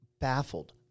baffled